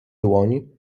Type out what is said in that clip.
dłoń